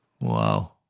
Wow